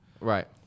Right